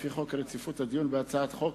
לפי חוק רציפות הדיון בהצעות חוק,